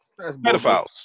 pedophiles